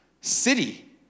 city